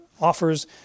offers